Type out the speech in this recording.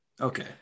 Okay